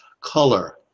Color